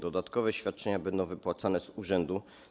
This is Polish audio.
Dodatkowe świadczenia będą wypłacane z urzędu.